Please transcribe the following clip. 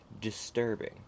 disturbing